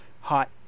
hot